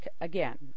again